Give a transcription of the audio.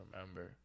remember